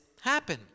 happen